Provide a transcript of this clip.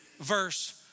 verse